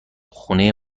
خونه